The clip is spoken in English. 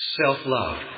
Self-love